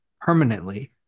permanently